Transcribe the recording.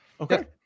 Okay